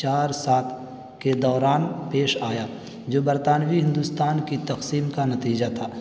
چار سات کے دوران پیش آیا جو برطانوی ہندوستان کی تقسیم کا نتیجہ تھا